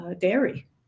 dairy